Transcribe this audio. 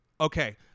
okay